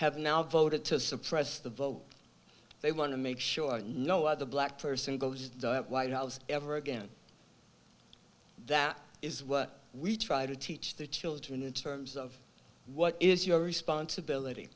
have now voted to suppress the vote they want to make sure no other black person goes to the white house ever again that is what we try to teach the children in terms of what is your responsibility